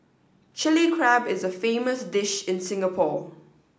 Chilli Crab is a famous dish in Singapore